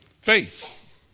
Faith